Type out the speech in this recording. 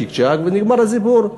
צ'יק-צ'ק ונגמר הסיפור.